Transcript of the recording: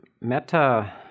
Meta